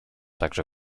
także